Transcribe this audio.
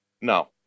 No